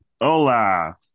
Hola